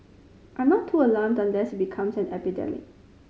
I'm not too alarmed unless it becomes an epidemic